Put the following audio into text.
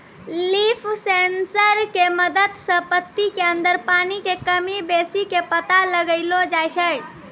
leaf sensor के मदद सॅ पत्ती के अंदर पानी के कमी बेसी के पता लगैलो जाय छै